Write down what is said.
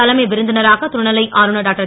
தலைமை விருந் னராக துணை லை ஆளுனர் டாக்டர்